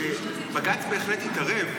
בג"ץ בהחלט התערב,